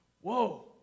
whoa